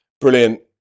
Brilliant